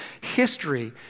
history